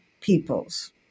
peoples